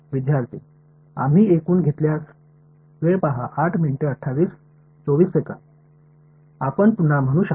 विद्यार्थी आम्ही एकूण घेतल्यास आपण पुन्हा म्हणू शकता